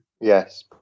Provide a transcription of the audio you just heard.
Yes